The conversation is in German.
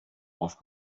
auf